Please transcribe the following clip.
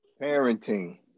Parenting